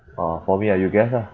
orh for me ah you guess ah